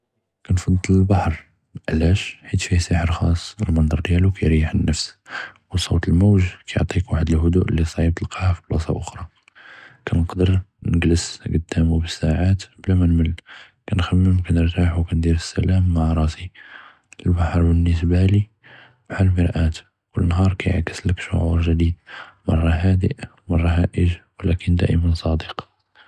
כנפדל אלבחר, עלאש؟ חית פיה א־לסח̣ר ח'אס, אלמנדר דיאלו כיריח א־לנפס אוא סות אלמוג כיעטיכ וחד א־להדוא ללי צעיב תלקאה פי בלאצ'ה אוח'רא, כנקד̣ר נגלס קדאמו ב־סאעאת בלא מא נמּל, כנח'מם כנרג'ע ונדיר א־לסלאם מע ראסי, אלבחר באלניסבה לי בחאל אלמרא, כל נהאר יעכּס לכ שעור ג'דיד.